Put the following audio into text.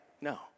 No